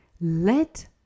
Let